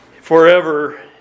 forever